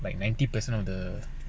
like ninety percent of the